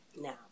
Now